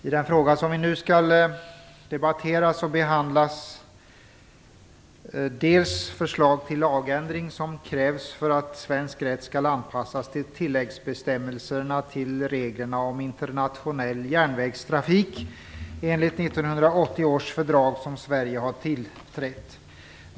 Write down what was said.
I det betänkande som vi nu skall debattera behandlas dels förslag till lagändring som krävs för att svensk rätt skall anpassas till tilläggsbestämmelserna till reglerna om internationell järnvägstrafik enligt 1980 års fördrag som Sverige har tillträtt.